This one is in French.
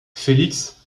felix